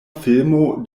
filmo